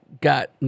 got